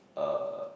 uh